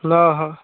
ନା ହଁ